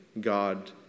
God